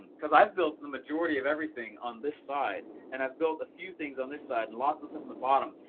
cause i've built the majority of everything on this side, and i've built a few things on this side, and lots of stuff on the bottom.